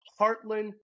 Heartland